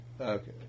Okay